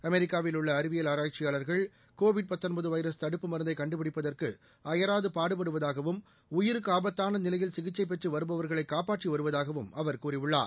அமெரிக்காவில் உள்ள அறிவியல் ஆராய்ச்சியாளர்கள் கொரோனா வைரஸ் தடுப்பு மருந்தை கண்டுபிடிப்பதற்கு அபராது பாடுபடுவதாகவும் உயிருக்கு ஆபத்தான நிலையில் சிகிச்சை பெற்று வருபவர்களை காப்பாற்றி வருவதாகவும் அவர் கூறியுள்ளார்